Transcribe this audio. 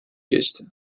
geçti